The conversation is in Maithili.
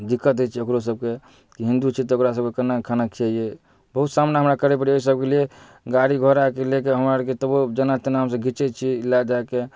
दिक्कत होइ छै ओकर सबके की हिन्दू छै तऽ ओकरा सबके कोना ई खाना खीअयै बहुत सामना हमरा करै परैयि ओहि सबके लिए गाड़ी घोड़ाके लेकऽ हमरा आरके तबो जेना तेना हमसब घीचै छी लऽ दऽ कऽ